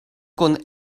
kun